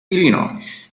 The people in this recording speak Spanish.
illinois